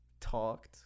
talked